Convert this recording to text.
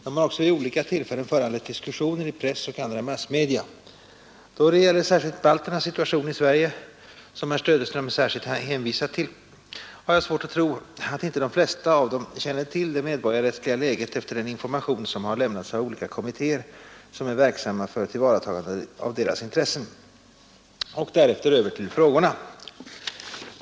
De har också vid olika tillfällen föranlett diskussioner i press och andra massmedia. Då det gäller särskilt balternas situation i Sverige — som herr Söderström särskilt hänvisat till — har jag svårt att tro att inte de flesta av dem känner till det medborgarrättsliga läget efter den information som har lämnats av olika kommittéer som är verksamma för tillvaratagande av deras intressen. Och därefter över till frågorna.